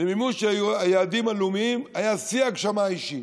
ומימוש היעדים הלאומיים היה שיא ההגשמה האישית.